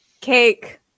Cake